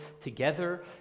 together